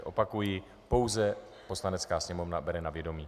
Opakuji, pouze Poslanecká sněmovna bere na vědomí.